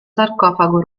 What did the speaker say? sarcofago